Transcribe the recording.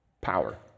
power